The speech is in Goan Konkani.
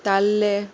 ताल्ले